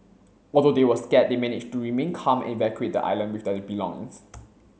although they were scared they managed to remain calm and evacuate the island with their belongings